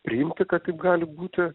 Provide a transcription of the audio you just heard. priimti kad taip gali būti